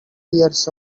years